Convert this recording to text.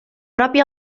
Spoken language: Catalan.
propi